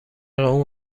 اون